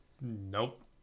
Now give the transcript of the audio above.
Nope